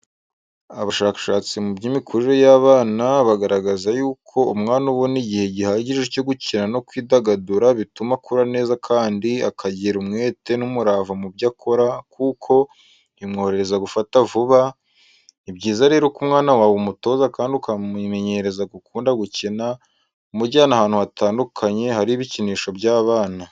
Abashakashatsi mu by'imikurire y'abana bagaragaza y'uko umwana ubona igihe gihagije cyo gukina no kwidagadura bituma akura neza kandi akagira umwete n'umurava mu byo akora kuko bimworohera gufata vuba , ni byiza rero ko umwana wawe umutoza kandi ukamumenyereza gukunda gukina umujyana ahantu hatandukanye hari ibikinisho by'abana.